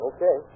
Okay